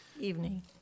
evening